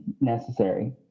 necessary